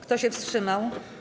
Kto się wstrzymał?